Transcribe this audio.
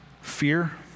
fear